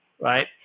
right